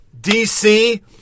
DC